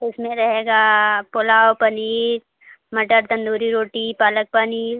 तो उसमें रहेगा पुलाव पनीर मटर तंदूरी रोटी पालक पनीर